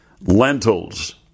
lentils